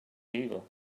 evil